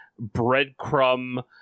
breadcrumb